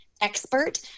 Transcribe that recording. expert